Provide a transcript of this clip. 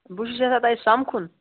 بہٕ چھُس یَژھان تۄہہِ سَمکھُن